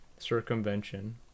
circumvention